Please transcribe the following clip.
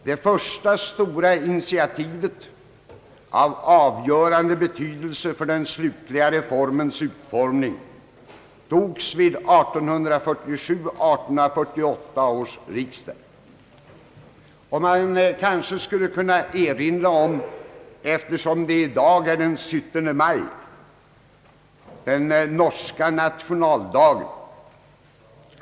Det första stora initiativet av avgörande betydelse för den slutliga reformens utformning togs vid 1847— 1848 års riksdag, och man kanske — eftersom det i dag är den 17 maj — skulle kunna erinra om den norska nationaldagen.